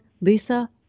Lisa